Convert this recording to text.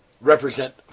represent